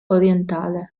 orientale